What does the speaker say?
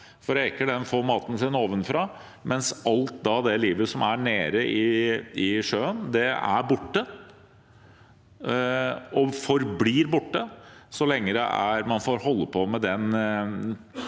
omtrent. Reker får maten sin ovenfra, mens alt det livet som er nede i sjøen, er borte og forblir borte, så lenge man får holde på med